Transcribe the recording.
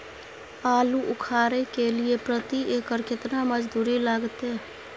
आलू उखारय के लिये प्रति एकर केतना मजदूरी लागते?